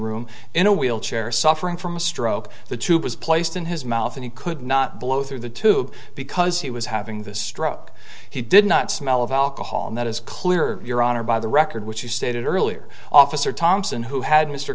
room in a wheelchair suffering from a stroke the tube was placed in his mouth and he could not blow through the tube because he was having the stroke he did not smell of alcohol and that is clear your honor by the record which you stated earlier officer thompson who had mr